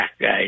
guys